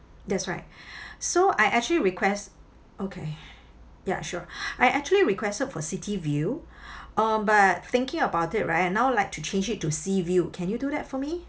that's right so I actually request okay ya sure I actually requested for city view uh but thinking about it right now I'd like to change it to sea view can you do that for me